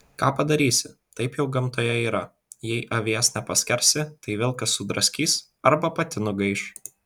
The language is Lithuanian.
ką padarysi taip jau gamtoje yra jei avies nepaskersi tai vilkas sudraskys arba pati nugaiš